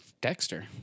Dexter